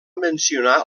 mencionar